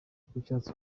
bishatse